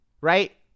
Right